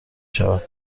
شود